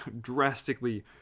drastically